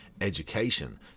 education